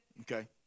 Okay